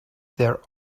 their